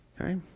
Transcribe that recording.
Okay